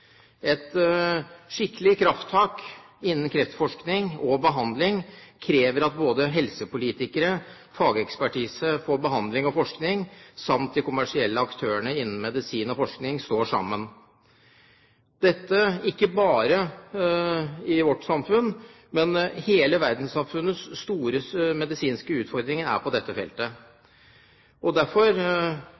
Et skikkelig krafttak innen kreftforskning og -behandling krever at både helsepolitikere, fagekspertise på behandling og forskning, samt de kommersielle aktørene innen medisin og forskning står sammen. Dette er ikke bare vårt samfunns utfordring, men hele verdenssamfunnets store medisinske utfordring. På dette feltet er det derfor